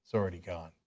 so already gone.